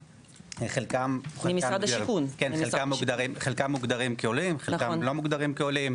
חלקם מוגדרים כעולים חלקם לא מוגדרים כעולים,